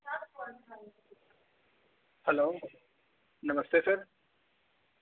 hello नमस्ते sir